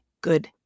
good